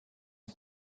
are